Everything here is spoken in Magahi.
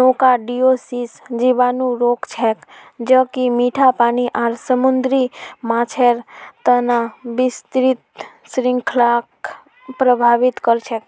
नोकार्डियोसिस जीवाणु रोग छेक ज कि मीठा पानी आर समुद्री माछेर तना विस्तृत श्रृंखलाक प्रभावित कर छेक